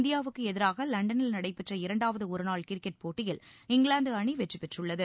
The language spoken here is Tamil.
இந்தியாவுக்கு எதிராக லண்டனில் நடைபெற்ற இரண்டாவது ஒருநாள் கிரிக்கெட் போட்டியில் இங்கிலாந்து அணி வெற்றி பெற்றுள்ளது